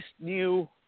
new